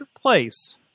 place